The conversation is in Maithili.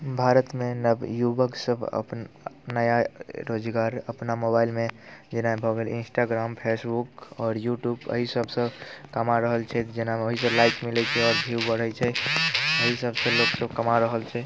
भारतमे नवयुवकसभ अपन नया रोजगार अपना मोबाइलमे जेना भऽ गेल इंस्टाग्राम फेसबुक आओर यूट्यूब एहि सभसँ कमा रहल छथि जेना ओहिके लाइक मिलैत छै आओर व्यू बढ़ैत छै एहि सभसँ लोकसभ कमा रहल छै